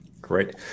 Great